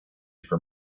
for